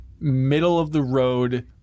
middle-of-the-road